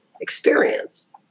experience